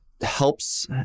helps